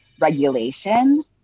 regulation